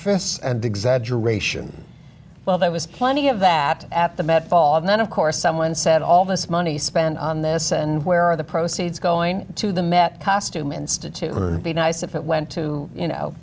and exaggeration well there was plenty of that at the met ball and then of course someone said all this money spent on this and where the proceeds going to the met costume institute would be nice if it went to you know